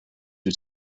due